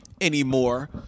anymore